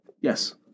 Yes